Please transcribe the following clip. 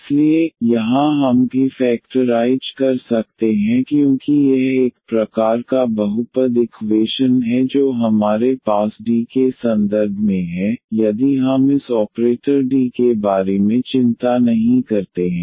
इसलिए यहां हम भी फैक्टराइज कर सकते हैं क्योंकि यह एक प्रकार का बहुपद इक्वेशन है जो हमारे पास D के संदर्भ में है यदि हम इस ऑपरेटर D के बारे में चिंता नहीं करते हैं